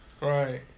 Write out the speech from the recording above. Right